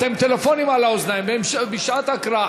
אתם עם טלפונים על האוזניים בשעת הקראה,